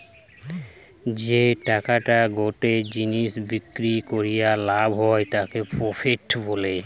যেই টাকাটা গটে জিনিস বিক্রি করিয়া লাভ হয় তাকে প্রফিট বলে